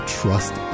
trust